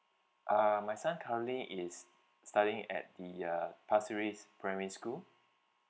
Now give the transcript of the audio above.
um my son currently is studying at the uh pasir ris primary school